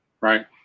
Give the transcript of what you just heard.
right